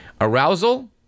arousal